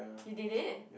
you did it